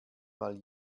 mal